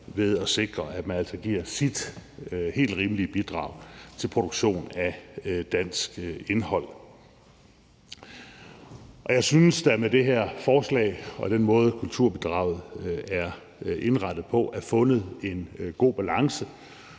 ved at sikre, at man altså giver sit helt rimelige bidrag til produktion af dansk indhold, og jeg synes, at der med det her forslag og med den måde, som kulturbidraget er indrettet på, er fundet en god balance,